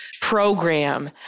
program